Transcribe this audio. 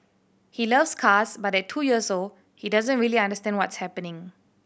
he loves cars but at two years old he doesn't really understand what's happening